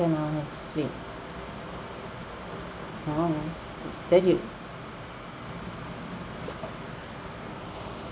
ten hours sleep !wow! then you